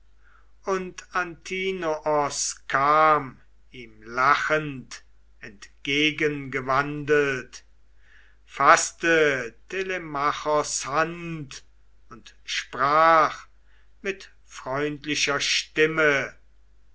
und antinoos kam ihm lachend entgegengewandelt faßte telemachos hand und sprach mit freundlicher stimme